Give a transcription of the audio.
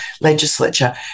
legislature